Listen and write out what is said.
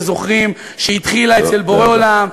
שזוכרים שהיא התחילה אצל בורא עולם,